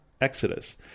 Exodus